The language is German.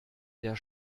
der